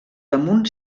damunt